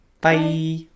Bye